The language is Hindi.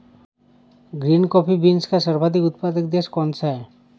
ग्रीन कॉफी बीन्स का सर्वाधिक उत्पादक देश कौन सा है?